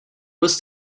was